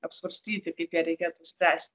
apsvarstyti kaip reikėtų spręsti